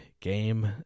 game